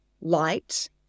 light